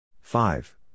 five